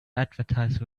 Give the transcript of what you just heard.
advertise